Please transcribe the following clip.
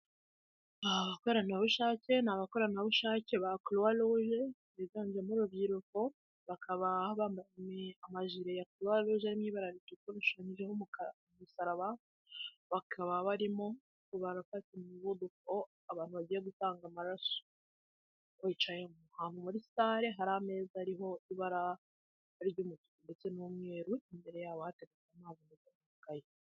Aba abakoranabushake, ni abakoranabushake ba Croix Rouge biganjemo urubyiruko, bakaba bambaye amajire ya Croix Rouge ari mu ibara ritukuye ashushanyijeho umusaraba, bakaba barimo barafata imivuduko abantu bagiye gutanga amaraso. Bicaye ahantu muri sale, hari ameza ariho ibara ry'umutuku ndetse n'umweru, imbere yabo hateretse amazi n'amakayi.